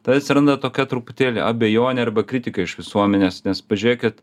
tada atsiranda tokia truputėlį abejonė arba kritika iš visuomenės nes pažiūrėkit